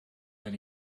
then